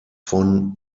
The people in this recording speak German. von